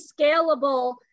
scalable